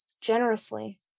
generously